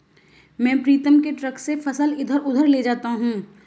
मैं प्रीतम के ट्रक से फसल इधर उधर ले जाता हूं